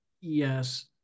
Yes